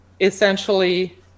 essentially